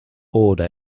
order